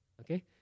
Okay